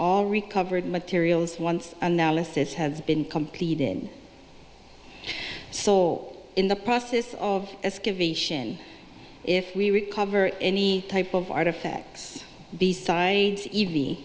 all recovered materials once analysis has been completed so in the process of as if we recover any type of artifacts besides e